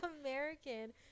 American